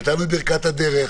נתנו את ברכת הדרך.